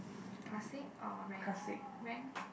classic or ranked ranked